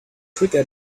quicker